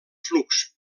flux